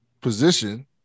position